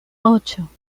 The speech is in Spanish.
ocho